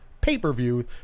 pay-per-view